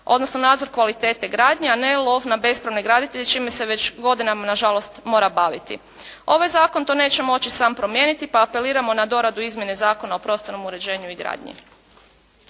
odnosno nadzor kvalitete gradnje, a ne lov na bespravne graditelje, čime se već godinama nažalost mora baviti. Ovaj zakon to neće moći sam promijeniti pa apeliramo na doradu izmjene Zakona o prostornom uređenju i gradnji.